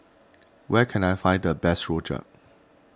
where can I find the best Rojak